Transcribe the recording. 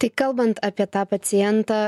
tai kalbant apie tą pacientą